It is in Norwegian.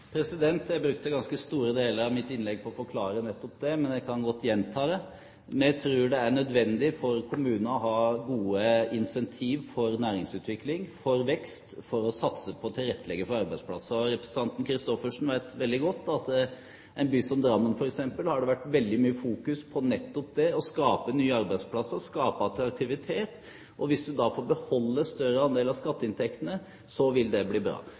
Jeg brukte ganske store deler av mitt innlegg på å forklare nettopp det, men jeg kan godt gjenta det. Vi tror det er nødvendig for kommunene å ha gode incentiver for næringsutvikling, for vekst, for å satse på og tilrettelegge for arbeidsplasser. Representanten Christoffersen vet veldig godt at i en by som Drammen, f.eks., har det vært fokusert veldig mye på nettopp det å skape nye arbeidsplasser, skape aktivitet. Hvis man får beholde en større andel av skatteinntektene, vil det bli bra.